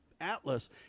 Atlas